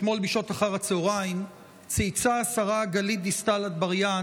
אתמול בשעות אחר הצוהריים צייצה השרה גלית דיסטל אטבריאן